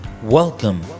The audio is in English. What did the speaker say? Welcome